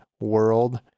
world